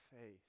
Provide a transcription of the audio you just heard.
faith